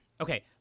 Okay